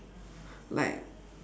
like